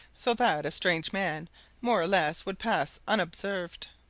so that a strange man more or less would pass unobserved.